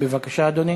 בבקשה, אדוני.